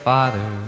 Father